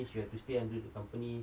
if you have to stay until the company